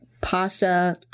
pasta